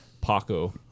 Paco